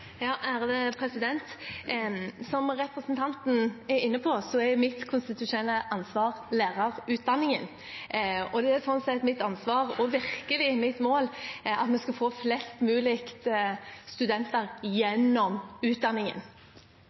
Som representanten er inne på, er lærerutdanningen mitt konstitusjonelle ansvar. Det er mitt ansvar – og virkelig mitt mål – at vi skal få flest mulige studenter gjennom utdanningen.